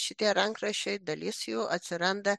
šitie rankraščiai dalis jų atsiranda